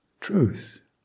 truth